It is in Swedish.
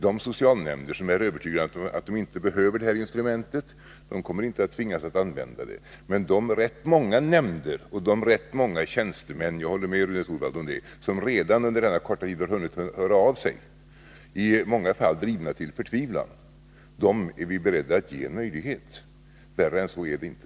De socialnämnder som inte behöver detta instrument kommer inte heller — det är jag övertygad om — att tvingas använda det. Men de rätt många nämnder och de rätt många tjänstemän — jag håller med Rune Torwald om det — som redan under denna korta tid har hunnit höra av sig är i många fall drivna till förtvivlan. Dem är vi beredda att ge en möjlighet. Värre än så är det inte.